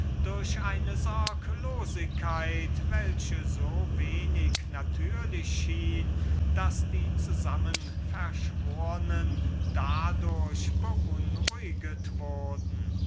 durch eine sorglosigkeit welche so wenig natürlich schien daß die zusammenverschwornen dadurch beunruhiget wurden